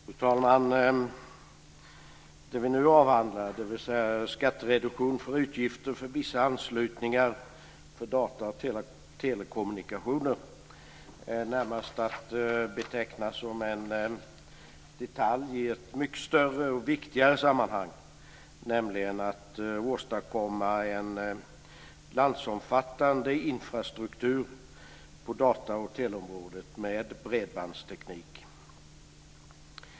Fru talman! Det vi nu avhandlar, dvs. skattereduktion för utgifter för vissa anslutningar för dataoch telekommunikationer, är närmast att beteckna som en detalj i ett mycket större och viktigare sammanhang, nämligen att åstadkomma en landsomfattande infrastruktur på data och teleområdet med bredbandsteknik.